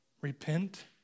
repent